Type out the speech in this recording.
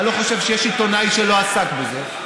אני לא חושב שיש עיתונאי שלא עסק בזה.